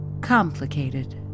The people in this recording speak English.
complicated